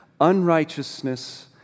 unrighteousness